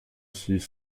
six